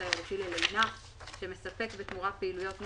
תיירותי ללינה שמספק בתמורה פעילויות נופש,